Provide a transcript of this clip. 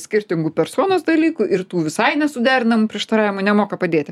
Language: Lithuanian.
skirtingų personos dalykų ir tų visai nesuderinamų prieštaravimų nemoka padėti